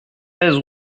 treize